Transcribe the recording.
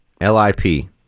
L-I-P